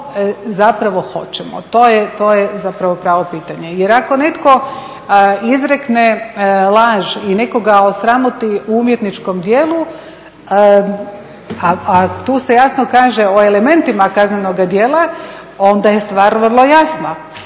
To je zapravo pravo pitanje. Jer ako netko izrekne laž i nekoga osramoti u umjetničkom djelu, a tu se jasno kaže o elementima kaznenog djela onda je stvar vrlo jasna.